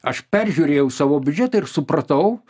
aš peržiūrėjau savo biudžetą ir supratau